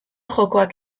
jokoak